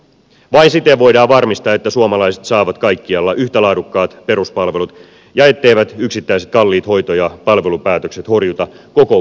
vain siten voidaan varmistaa että suomalaiset saavat kaikkialla yhtä laadukkaat peruspalvelut ja etteivät yksittäiset kalliit hoito ja palvelupäätökset horjuta koko kunnan taloutta